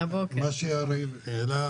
מה שיריב לוין העלה,